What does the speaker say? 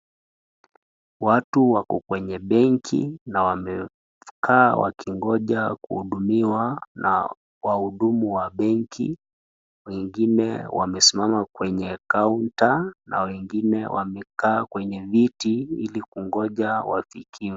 Watu wako kwenye benki na wamekaa wakingoja kuhudumiwa, na wahudumu wa benki, wengine wamesimama kwenye counter .na wengine wamekaa kwenye viti, ili kungoja wafikiwe.